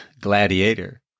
gladiator